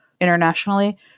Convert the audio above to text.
internationally